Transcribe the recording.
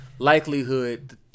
Likelihood